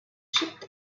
shipped